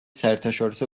საერთაშორისო